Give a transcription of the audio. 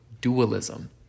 dualism